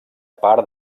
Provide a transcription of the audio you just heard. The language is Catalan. part